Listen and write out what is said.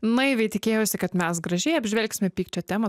naiviai tikėjausi kad mes gražiai apžvelgsime pykčio temą